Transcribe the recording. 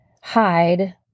hide